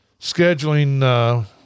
scheduling